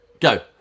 Go